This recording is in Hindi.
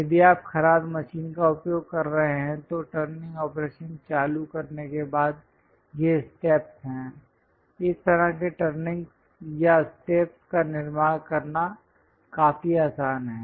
यदि आप खराद मशीनों का उपयोग कर रहे हैं तो टर्निंग ऑपरेशन चालू करने के बाद ये स्टेप्स हैं इस तरह के टर्निंगस् या स्टेप्स का निर्माण करना काफी आसान है